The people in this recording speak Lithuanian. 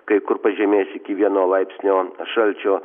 kai kur pažemės iki vieno laipsnio šalčio